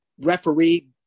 referee